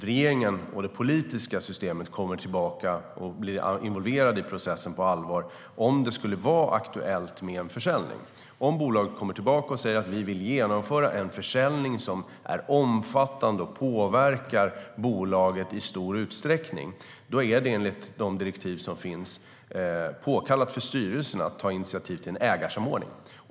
Regeringen och det politiska systemet blir först på allvar involverade i processen om det skulle bli aktuellt med en försäljning. Om bolaget säger att man vill genomföra en försäljning som är omfattande och påverkar bolaget i stor utsträckning är det, enligt de direktiv som finns, påkallat för styrelsen att ta initiativ till en ägarsamordning.